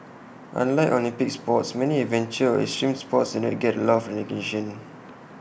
unlike Olympic sports many adventure or extreme sports and not get A lot of recognition